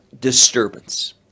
disturbance